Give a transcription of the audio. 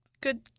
good